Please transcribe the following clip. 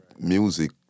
music